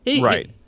Right